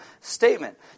statement